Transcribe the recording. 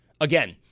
Again